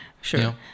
Sure